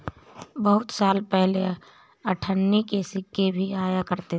बहुत साल पहले अठन्नी के सिक्के भी आया करते थे